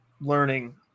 learning